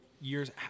years